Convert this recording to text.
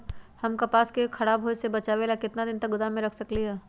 हम कपास के खराब होए से बचाबे ला कितना दिन तक गोदाम में रख सकली ह?